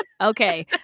okay